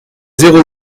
zéro